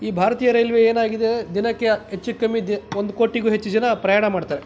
ಈ ಭಾರತೀಯ ರೈಲ್ವೆ ಏನಾಗಿದೆ ದಿನಕ್ಕೆ ಹೆಚ್ಚು ಕಮ್ಮಿ ದಿನ ಒಂದು ಕೋಟಿಗೂ ಹೆಚ್ಚು ಜನ ಪ್ರಯಾಣ ಮಾಡ್ತಾರೆ